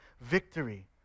victory